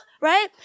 right